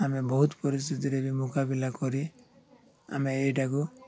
ଆମେ ବହୁତ ପରିସ୍ଥିତିରେ ବି ମୁକାବିଲା କରି ଆମେ ଏଇଟାକୁ